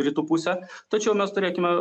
rytų pusę tačiau mes turėkime